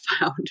found